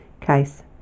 case